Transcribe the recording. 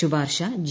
ശുപാർശ ജി